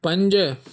पंज